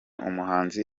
umuhanzi